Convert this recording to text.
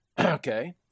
okay